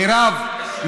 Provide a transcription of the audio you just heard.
מירב,